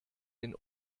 den